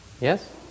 Yes